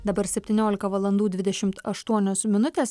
dabar septyniolika valandų dvidešimt aštuonios minutės